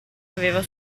aveva